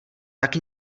tak